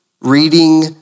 reading